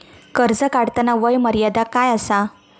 कर्ज काढताना वय मर्यादा काय आसा?